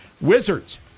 Wizards